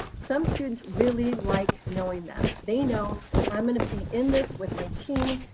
some students really like knowing that. they know i'm gonna be in this with my team.